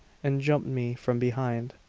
and jumped me from behind.